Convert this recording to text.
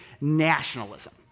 nationalism